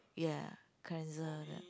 ya cleanser